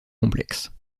complexes